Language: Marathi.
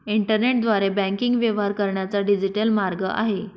इंटरनेटद्वारे बँकिंग व्यवहार करण्याचा डिजिटल मार्ग आहे